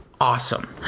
awesome